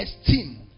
esteem